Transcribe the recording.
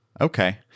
okay